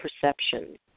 perception